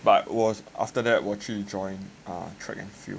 but 我 after that 我去 join ah track and field